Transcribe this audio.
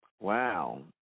Wow